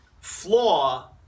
flaw